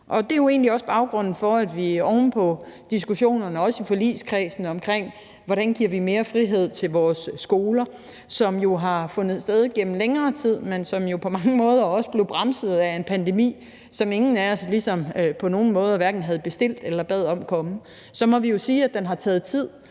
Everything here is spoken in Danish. egentlig også baggrunden for, at vi oven på diskussionerne i forligskredsen om, hvordan vi giver mere frihed til vores skoler, som jo har fundet sted igennem længere tid, men som på mange måder blev bremset af en pandemi, som ingen af os på nogen måde havde bestilt eller bedt om, så må sige, at den også har taget tid